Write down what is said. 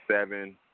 seven